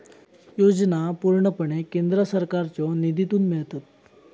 योजना पूर्णपणे केंद्र सरकारच्यो निधीतून मिळतत